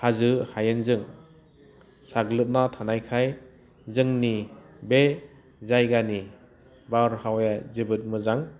हाजो हायेनजों साग्लोबना थानायनाय जोंनि बे जायगानि बारहावाया जोबोद मोजां